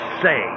say